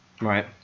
Right